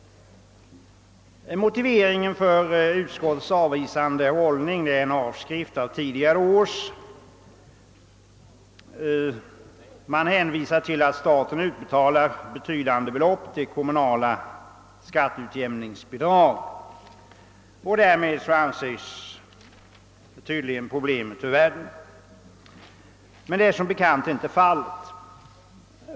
Motiveringen för utskottets avvisande hållning är en avskrift av tidigare års utlåtanden. Man hänvisar till att staten utbetalar betydande belopp till kommunala skatteutjämningsbidrag. Därmed anses tydligen problemet vara ur världen. Men det är som bekant inte riktigt.